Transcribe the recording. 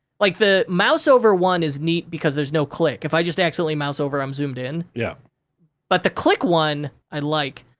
like, the mouse over one is neat, because there's no click. if i just accidentally mouse over, i'm zoomed in, yeah but the click one, i like.